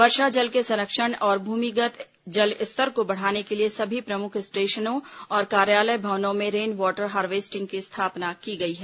वर्षा जल के संरक्षण और भूमिगत जल स्तर को बढ़ाने के लिए सभी प्रमुख स्टेशनों और कार्यालय भवनों में रेन वाटर हार्वेस्टिंग की स्थापना की गई है